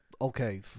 okay